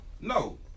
No